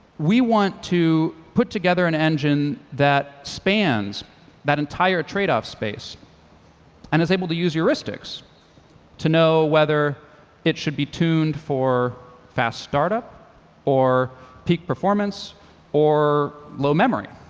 we want to put together an engine that spans that entire trade off space and is able to use heuristics to know whether it should be tuned for fast startup or peak performance or low memory.